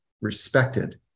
respected